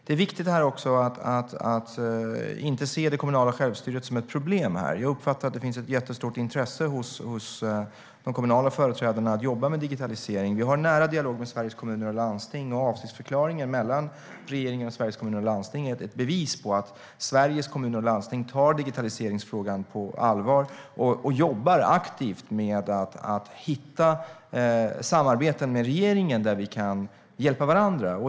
Det är också viktigt att inte se det kommunala självstyret som ett problem. Jag uppfattar att det finns ett jättestort intresse hos de kommunala företrädarna att jobba med digitalisering. Vi har en nära dialog med Sveriges Kommuner och Landsting. Avsiktsförklaringen mellan regeringen och Sveriges Kommuner och Landsting är ett bevis på att Sveriges Kommuner och Landsting tar digitaliseringsfrågan på allvar. De jobbar aktivt för att hitta samarbeten med regeringen där vi kan hjälpa varandra.